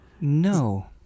No